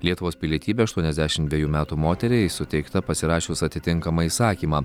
lietuvos pilietybė aštuoniasdešimt dvejų metų moteriai suteikta pasirašius atitinkamą įsakymą